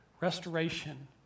restoration